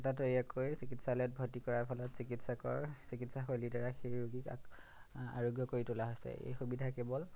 তাততৈয়াকৈ চিকিৎসালয়ত ভৰ্তি কৰাৰ ফলত চিকিৎসকৰ চিকিৎসাশৈলীৰ দ্বাৰা সেই ৰোগীক আৰোগ্য কৰি তোলা হৈছে এই সুবিধা কেৱল